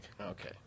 Okay